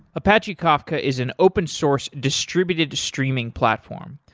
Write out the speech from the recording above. apache kafka is an open source distributed streaming platform.